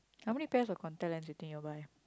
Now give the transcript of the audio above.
how many pair of contact lens you think you will buy